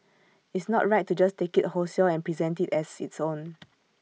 it's not right to just take IT wholesale and present IT as its own